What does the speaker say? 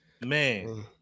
man